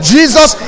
Jesus